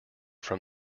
from